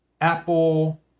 Apple